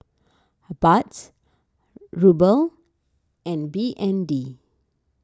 Baht Ruble and B N D